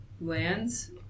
lands